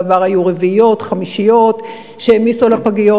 ובעבר היו רביעיות וחמישיות שהעמיסו על הפגיות.